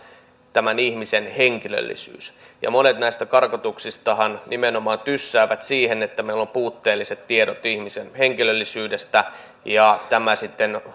tämän ihmisen henkilöllisyys monet näistä karkotuksistahan nimenomaan tyssäävät siihen että meillä on puutteelliset tiedot ihmisen henkilöllisyydestä ja tämä sitten